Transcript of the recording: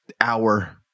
hour